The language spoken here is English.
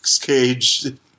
cage